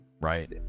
Right